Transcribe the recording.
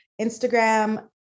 Instagram